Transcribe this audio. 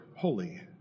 holy